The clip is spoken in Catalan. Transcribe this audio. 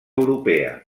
europea